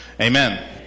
Amen